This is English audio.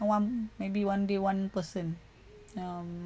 one maybe one day one person um